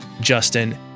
Justin